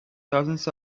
thousands